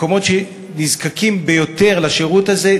מקומות שנזקקים ביותר לשירות הזה,